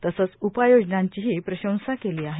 तसंच उपाययोजनांचीही प्रशंसा केली आहे